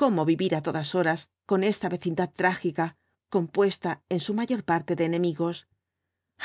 cómo vivir á todas horas con esta vecindad trágica compuesta en su mayor parte de enemigos